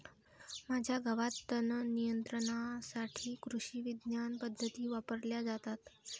माझ्या गावात तणनियंत्रणासाठी कृषिविज्ञान पद्धती वापरल्या जातात